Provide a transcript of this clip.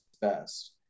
best